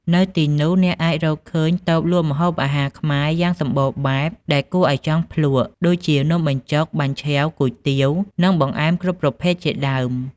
នៅទីនោះ អ្នកអាចរកឃើញតូបលក់ម្ហូបអាហារខ្មែរយ៉ាងសម្បូរបែបដែលគួរឲ្យចង់ភ្លក្ស ដូចជា នំបញ្ចុក បាញ់ឆែវ គុយទាវ និងបង្អែមគ្រប់ប្រភេទជាដើម។